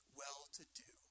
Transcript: well-to-do